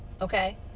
okay